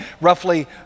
roughly